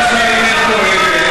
אין שום בעיה,